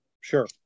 Sure